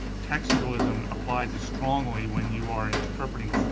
textualism applies strongly when you are interpreting so